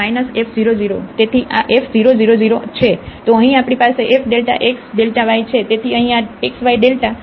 તેથી આ f 0 0 0 છે તો અહીં આપણી પાસે f x yછે